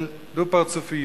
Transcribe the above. של דו-פרצופיות.